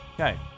Okay